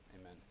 amen